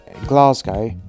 Glasgow